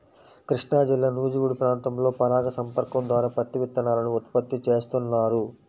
కృష్ణాజిల్లా నూజివీడు ప్రాంతంలో పరాగ సంపర్కం ద్వారా పత్తి విత్తనాలను ఉత్పత్తి చేస్తున్నారు